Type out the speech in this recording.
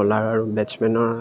bowler আৰু বেটছমেনৰ